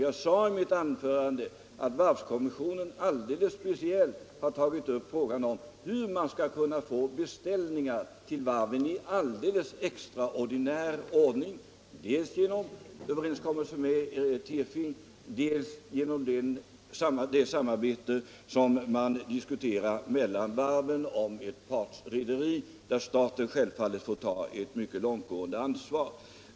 Jag sade i mitt anförande att varvskommissionen speciellt har tagit upp frågan om hur man skall kunna få beställningar till varven i extraordinär ordning — dels genom överenskommelser med Tirfing, dels genom det samarbete som man nu diskuterar mellan varven beträffande ett partsrederi, där staten självfallet får ta ett långtgående ansvar.